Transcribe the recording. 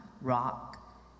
rock